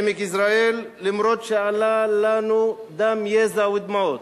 עמק יזרעאל, אף שזה עלה לנו בדם, יזע ודמעות,